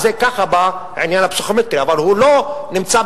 אבל גם זה